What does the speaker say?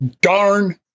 darn